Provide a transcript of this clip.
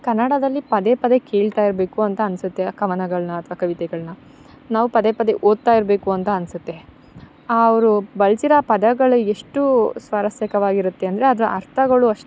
ಕನ್ನಡದಲಿ ಪದೆ ಪದೆ ಕೇಳ್ತಾಯಿರಬೇಕು ಅಂತ ಅನಿಸುತ್ತೆ ಆ ಕವನಗಳನ್ನ ಅಥ್ವ ಕವಿತೆಗಳನ್ನ ನಾವು ಪದೆ ಪದೆ ಓದ್ತಾಯಿರಬೇಕು ಅಂತ ಅನಿಸುತ್ತೆ ಅವರು ಬಳ್ಸಿರೋ ಪದಗಳು ಎಷ್ಟು ಸ್ವಾರಸ್ಯಕವಾಗಿರುತ್ತೆ ಅಂದರೆ ಅದರ ಅರ್ಥಗಳು ಅಷ್ಟೇ